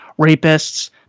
rapists